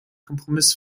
kompromiss